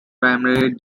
primary